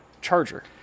charger